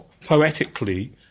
poetically